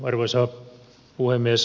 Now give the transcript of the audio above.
arvoisa puhemies